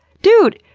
dude!